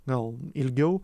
gal ilgiau